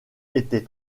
était